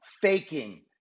faking